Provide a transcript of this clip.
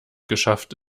geschafft